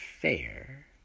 fair